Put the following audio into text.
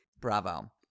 Bravo